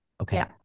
Okay